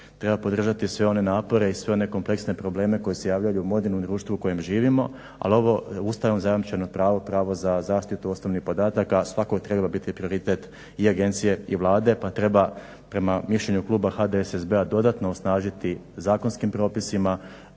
Treba podržati sve one napore i sve one kompleksne probleme koji se javljaju u modernom društvu u kojem živimo, ali ovo Ustavom zajamčeno pravo, pravo za zaštitu osobnih podataka svakako bi trebalo biti prioritet i agencije i Vlade pa treba prema mišljenju kluba HDSSB-a dodatno osnažiti zakonskim propisima